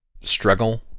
struggle